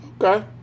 Okay